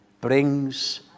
brings